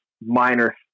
Minor